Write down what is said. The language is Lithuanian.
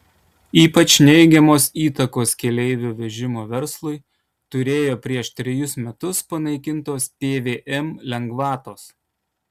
ypač neigiamos įtakos keleivių vežimo verslui turėjo prieš trejus metus panaikintos pvm lengvatos